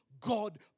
God